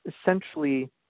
essentially